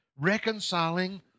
reconciling